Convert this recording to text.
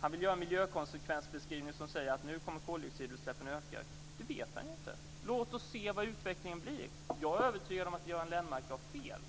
Han vill göra en miljökonsekvensbeskrivning som säger att nu kommer koldioxidutsläppen att öka, men det vet han ju inte. Låt oss se hur utvecklingen blir. Jag är övertygad om att Göran Lennmarker har fel,